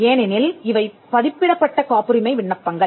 ஏனெனில் இவை பதிப்பிடப்பட்ட காப்புரிமை விண்ணப்பங்கள்